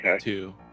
two